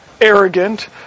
arrogant